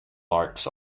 larks